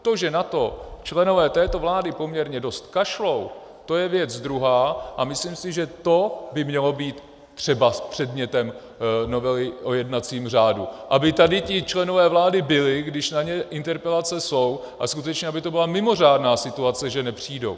To, že na to členové této vlády poměrně dost kašlou, to je věc druhá, a myslím si, že to by mělo být třebas předmětem novely o jednacím řádu, aby tady ti členové vlády byli, když na ně interpelace jsou, a skutečně aby to byla mimořádná situace, že nepřijdou.